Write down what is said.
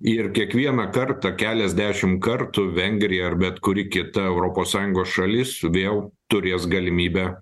ir kiekvieną kartą keliasdešim kartų vengrija ar bet kuri kita europos sąjungos šalis vėl turės galimybę